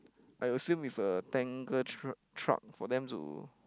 I assume it's a tanker tr~ truck for them to